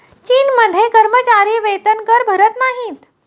चीनमध्ये कर्मचारी वेतनकर भरत नाहीत